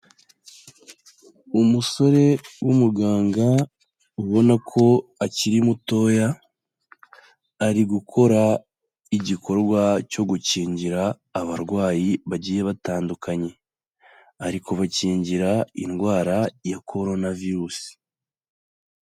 Umusore w'umuganga ubona ko akiri mutoya, ari gukora igikorwa cyo gukingira abarwayi bagiye batandukanye. Ari kubakingira indwara ya coronavirus.